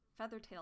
Feathertail